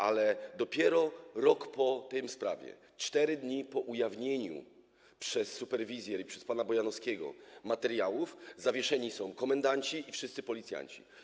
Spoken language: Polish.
Ale dopiero rok po tej sprawie, 4 dni po ujawnieniu przez „Superwizjer” i przez pana Bojanowskiego materiałów, zawieszeni są komendanci i wszyscy policjanci.